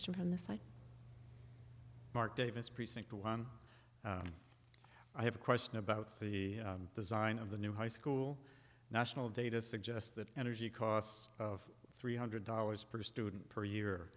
site mark davis precinct one i have a question about the design of the new high school national data suggest that energy costs of three hundred dollars per student per year